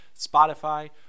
Spotify